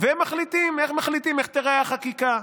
והם מחליטים איך תיראה החקיקה.